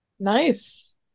Nice